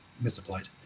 misapplied